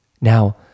Now